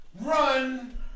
run